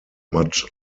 much